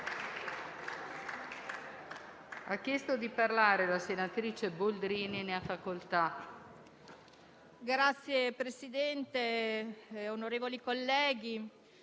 Signor Presidente, onorevoli colleghi,